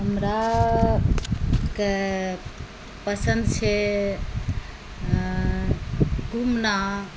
हमराके पसन्द छै घुमना